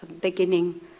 beginning